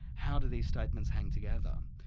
how do these statements hang together?